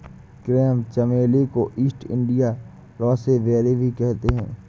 crepe चमेली को East India rosebery भी कहते हैं